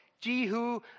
Jehu